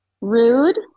rude